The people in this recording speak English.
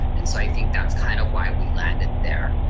and so i think that's kind of why we landed there.